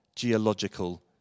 geological